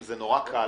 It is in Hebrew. זה נורא קל.